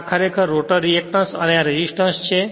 આ ખરેખર rotor reactance છે અને આ રેસિસ્ટન્સ છે